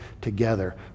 together